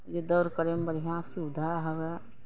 जे दौड़ करैमे बढ़िआँ सुबिधा हुए